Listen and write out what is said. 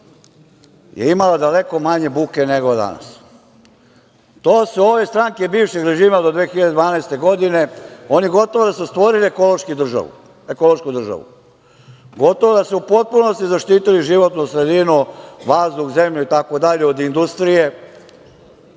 je imala daleko manje buke nego danas. To su ove stranke bivšeg režima do 2012. godine. One gotovo da su stvorile ekološku državu, gotovo da su u potpunosti zaštitile životnu sredinu, vazduh, zemlju od industrije,